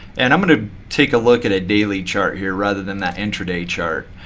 and i'm going to take a look at a daily chart here rather than that intraday chart.